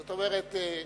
זאת אומרת,